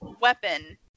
weapon